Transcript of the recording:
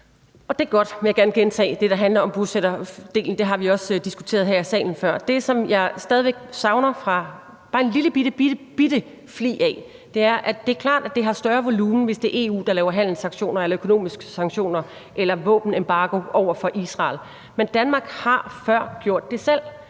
Det er godt, vil jeg gerne gentage, altså det, der handler om bosætterdelen. Det har vi også diskuteret før her i salen. Det, som jeg stadig væk savner bare en lillebitte flig af, er, at det er klart, at det har større volumen, hvis det er EU, der laver handelssanktioner eller økonomiske sanktioner eller våbenembargo over for Israel, men Danmark har før gjort det selv.